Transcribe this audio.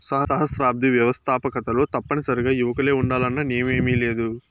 సహస్రాబ్ది వ్యవస్తాకతలో తప్పనిసరిగా యువకులే ఉండాలన్న నియమేమీలేదు